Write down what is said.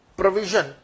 provision